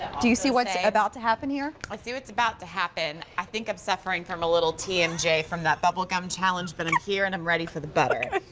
do you see what's about to happen here? i see what's about to happen. i think i'm suffering from a little tmj from that bubble gum challenge. but i'm here and i'm ready for the butter.